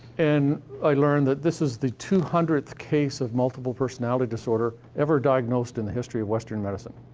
and i learn that this is the two hundredth case of multiple personality disorder ever diagnosed in the history of western medicine.